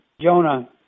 Jonah